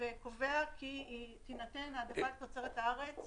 וקובע כי תינתן העדפת תוצרת הארץ